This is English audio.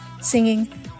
singing